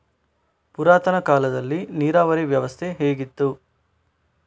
ಪುರಾತನ ಕಾಲದಲ್ಲಿ ನೀರಾವರಿ ವ್ಯವಸ್ಥೆ ಹೇಗಿತ್ತು?